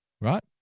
Right